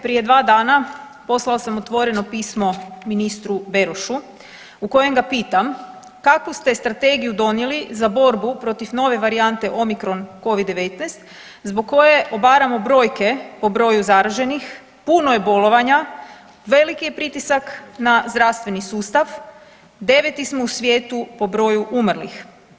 Prije dva dana poslala sam otvoreno pismo ministru Berošu u kojem ga pitam kakvu ste strategiju donijeli za borbu protiv nove varijante omikron covid-19 zbog koje obaramo brojke po broju zaraženih, puno je bolovanja, velik je pritisak na zdravstveni sustav, 9. smo u svijetu po broju umrlih?